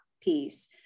piece